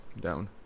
down